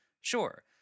Sure